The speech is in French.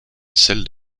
celle